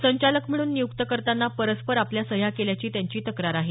संचालक म्हणून नियुक्त करताना परस्पर आपल्या सह्या केल्याची त्यांची तक्रार आहे